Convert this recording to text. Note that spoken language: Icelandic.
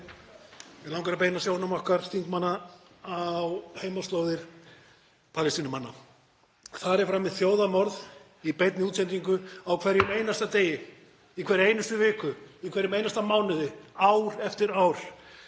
Mig langar að beina sjónum okkar þingmanna á heimaslóðir Palestínumanna. Þar er framið þjóðarmorð í beinni útsendingu á hverjum einasta degi í hverri einustu viku í hverjum einasta mánuði, ár eftir ár,